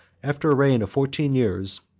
after a reign of fourteen years,